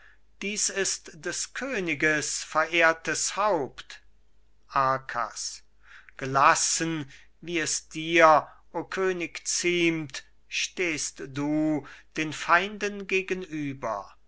dieß ist des königes verehrtes haupt arkas gelassen wie es dir o könig ziemt stehst du den feinden gegenüber